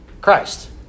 Christ